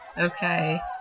Okay